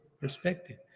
perspective